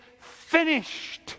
finished